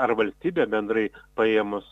ar valstybė bendrai paėmus